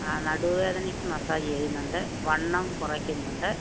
ആ നടുവേദനയ്ക്ക് മസാജ് ചെയ്യുന്നുണ്ട് വണ്ണം കുറയ്ക്കുന്നുണ്ട്